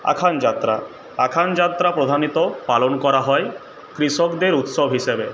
আখানযাত্রা আখানযাত্রা প্রধানত পালন করা হয় কৃষকদের উৎসব হিসাবে